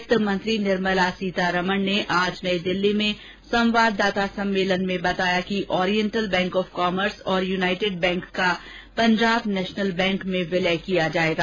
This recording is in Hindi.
वित्त मंत्री निर्मला सीतारमण ने आज नई दिल्ली में संवाददाता सम्मेलन में बताया कि ओरियंटल बैंक ऑफ कॉमर्स और युनाइटेड बैंक का पंजाब नेशनल बैंक में विलय किया जाएगा